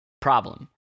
Problem